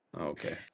Okay